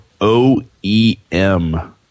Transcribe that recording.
OEM